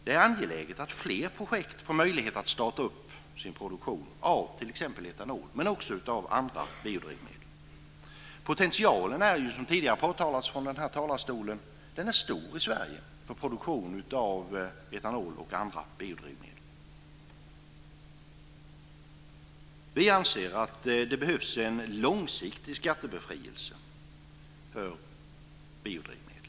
Det är angeläget att fler projekt för produktion av t.ex. etanol får möjlighet att starta. Det gäller också andra biodrivmedel. Potentialen är ju, som tidigare påtalats här från talarstolen, stor i Sverige för produktion av etanol och andra biodrivmedel. Vi anser att det behövs en långsiktig skattebefrielse för biodrivmedel.